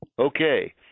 Okay